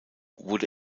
wurde